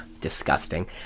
disgusting